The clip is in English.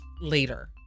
later